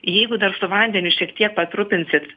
jeigu dar su vandeniu šiek tiek patrupinsit